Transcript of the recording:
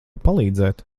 palīdzēt